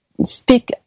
speak